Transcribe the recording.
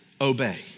obey